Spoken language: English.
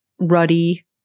ruddy